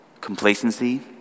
complacency